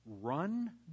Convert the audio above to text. run